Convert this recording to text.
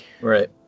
right